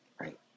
right